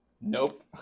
Nope